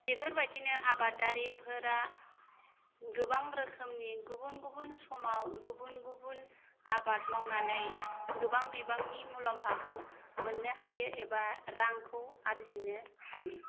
बेफोरबायदिनो आबादारिफोरा गोबां रोखोमनि गुबुन गुबुन समाव गुबुन गुबुन आबाद मावनानै गोबां बिबांनि मुलाम्फाखौ मोननो हायो एबा रांखौ आरजिनो हायो